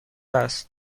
است